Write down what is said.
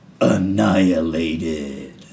annihilated